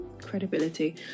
credibility